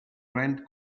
rent